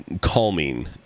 calming